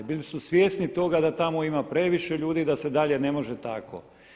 Bili su svjesni toga da tamo ima previše ljudi, da se dalje ne može tako.